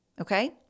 Okay